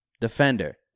defender